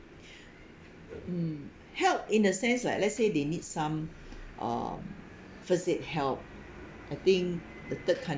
mm help in a sense like let's say they need some uh first aid help I think the third